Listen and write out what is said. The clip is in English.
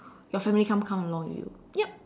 your family can't come along with you yup